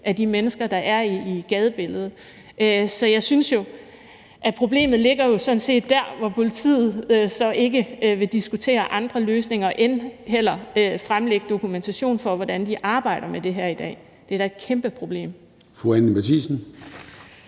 af de mennesker, der er i gadebilledet. Så jeg synes jo sådan set, at problemet ligger i, at politiet ikke vil diskutere andre løsninger eller fremlægge dokumentation for, hvordan de arbejder med det her i dag. Det er da et kæmpe problem.